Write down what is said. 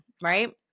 right